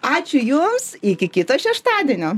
ačiū jums iki kito šeštadienio